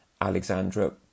Alexandra